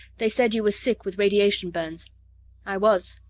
they said you were sick with radiation burns i was.